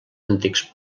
antics